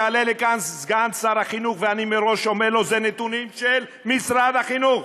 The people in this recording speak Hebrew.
יעלה לכאן סגן שר החינוך ואני מראש אומר לו: אלה נתונים של משרד החינוך,